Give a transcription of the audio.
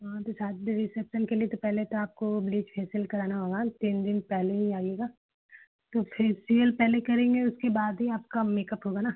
हाँ तो शादी रिसेप्सन के लिए तो पहले तो आपको ब्लीच फेस्यल कराना होगा तिन दिन पहले ही आइएगा तो फेसियल पहले करेंगे उसके बाद ही आपका मेकप होगा नहीं